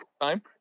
time